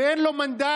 שאין לו מנדט,